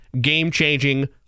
game-changing